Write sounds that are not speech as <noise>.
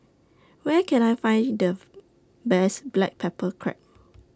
Where Can I Find The <noise> Best Black Pepper Crab